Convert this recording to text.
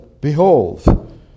Behold